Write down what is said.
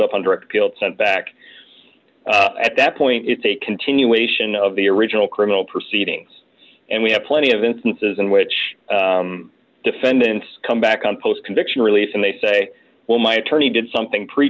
up on direct appeal to sent back at that point it's a continuation of the original criminal proceedings and we have plenty of instances in which defendants come back on post conviction relief and they say well my attorney did something pre